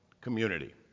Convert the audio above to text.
community